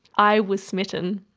i was smitten.